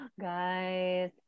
guys